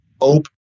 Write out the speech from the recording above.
open